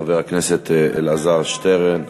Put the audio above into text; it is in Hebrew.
חבר הכנסת אלעזר שטרן.